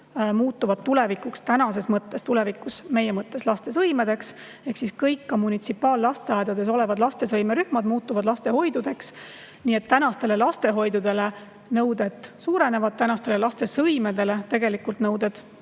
muutuvad tulevikus [praeguses] mõttes lastesõimedeks ehk siis kõik, ka munitsipaallasteaedades olevad lastesõimerühmad muutuvad lastehoidudeks. Nii et tänastele lastehoidudele nõuded suurenevad, tänastele lastesõimedele tegelikult nõuded